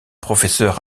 professeur